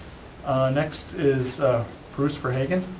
next is bruce verhaagh.